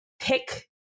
pick